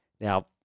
Now